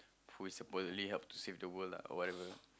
who is supposedly help to save the world lah or whatever